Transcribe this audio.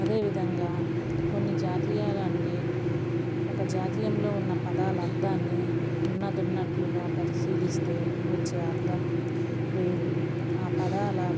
అదే విధంగా కొన్ని జాతీయాలు అంటే ఒక జాతీయంలో ఉన్న పదాల అర్ధాన్ని ఉన్నది ఉన్నట్లుగా పరిశీలిస్తే వచ్చే అర్థం వేరు ఆ పదాల